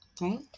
right